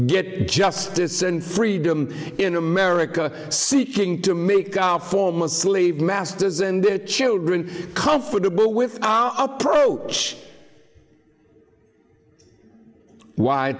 get justice and freedom in america seeking to make our former slave masters and their children comfortable with our approach w